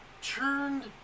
turned